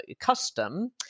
custom